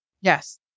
Yes